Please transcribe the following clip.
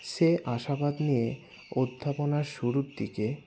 সে আশাবাদ নিয়ে অধ্যাপনা শুরুর দিকে